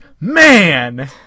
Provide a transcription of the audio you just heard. man